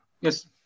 yes